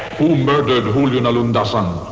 who murdered julio you know and